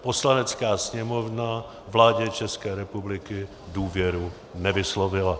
Poslanecká sněmovna vládě České republiky důvěru nevyslovila.